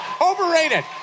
Overrated